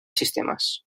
sistemes